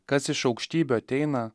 kas iš aukštybių ateina